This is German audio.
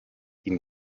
ihn